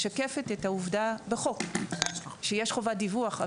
משקפת את העובדה בחוק שיש חובת דיווח.